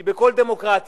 כי בכל דמוקרטיה,